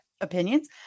opinions